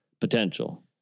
potential